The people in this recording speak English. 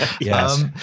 Yes